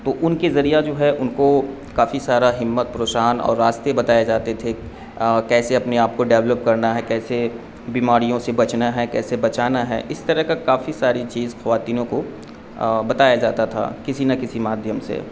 تو ان کے ذریعہ جو ہے ان کو کافی سارا ہمت پروشان اور راستے بتائے جاتے تھے کیسے اپنے آپ کو ڈیولپ کرنا ہے کیسے بیماریوں سے بچنا ہے کیسے بچانا ہے اس طرح کا کافی ساری چیز خواتینوں کو بتایا جاتا تھا کسی نہ کسی مادھیم سے